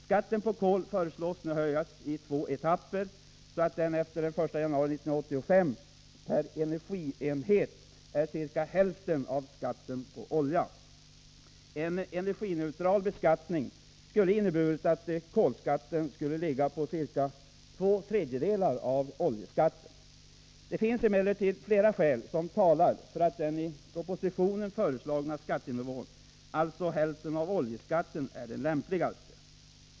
Skatten på kol föreslås nu höjas i två etapper, så att den efter den 1 januari 1985 per energienhet är ca hälften av skatten på olja. En energineutral beskattning skulle innebära att kolskatten skulle utgöra ca två tredjedelar av oljeskatten. Det finns emellertid flera skäl som talar för att den i propositionen föreslagna skattenivån — alltså hälften av oljeskatten — är den lämpligaste.